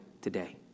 today